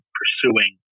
pursuing